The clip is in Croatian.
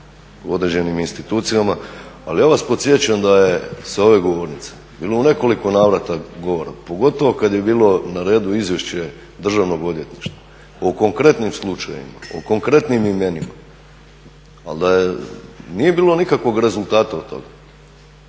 određenim institucijama. Ali ja vas podsjećam da je sa ove govornice bilo u nekoliko navrata govora, pogotovo kada je bilo na redu izvješće državnog odvjetništva, o konkretnim slučajevima, o konkretnim imenima, ali nije bilo nikakvog rezultata od toga.